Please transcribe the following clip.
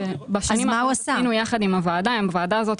יחד עם הוועדה הזאת,